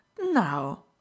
now